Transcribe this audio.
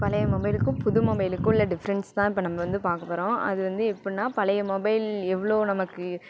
பழைய மொபைலுக்கும் புது மொபைலுக்கும் உள்ள டிஃப்ரெண்ட்ஸ் தான் இப்போ நம்ப வந்து பார்க்க போகறோம் அது வந்து எப்புடினா பழைய மொபைல் எவ்வளோ நமக்கு